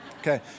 Okay